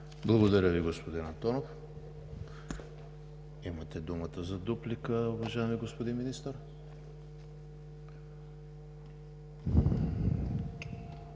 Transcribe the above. Благодаря Ви, господин Антонов. Имате думата за дуплика, уважаеми господин Министър.